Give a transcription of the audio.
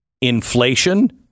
inflation